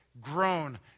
grown